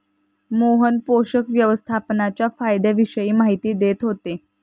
मोहन पोषक व्यवस्थापनाच्या फायद्यांविषयी माहिती देत होते